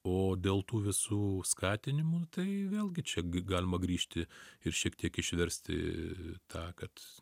o dėl tų visų skatinimų tai vėlgi čia galima grįžti ir šiek tiek išversti tą kad